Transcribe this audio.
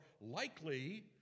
likely